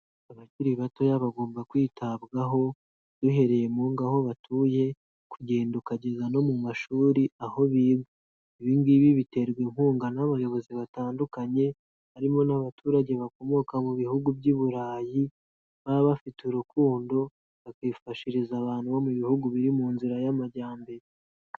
Abakiri batoya bagomba kwitabwaho, duhereye mu ngo aho batuye, kugenda ukageza no mu mashuri aho biga, ibi ngibi biterwa inkunga n'abayobozi batandukanye, harimo n'abaturage bakomoka mu bihugu by'i Burayi, baba bafite urukundo bakifashiriza abantu bo mu bihugu biri mu nzira y'amajyambere.